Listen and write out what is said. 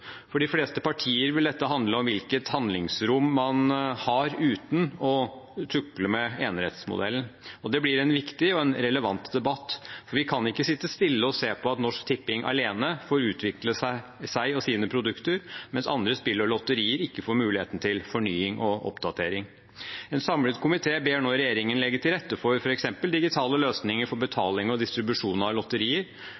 For de fleste partier vil dette handle om hvilket handlingsrom man har uten å tukle med enerettsmodellen, og det blir en viktig og en relevant debatt. Vi kan ikke sitte stille og se på at Norsk Tipping alene får utvikle seg og sine produkter, mens andre spill og lotterier ikke får muligheten til fornying og oppdatering. En samlet komité ber nå regjeringen legge til rette for f.eks. digitale løsninger for